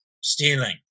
stealing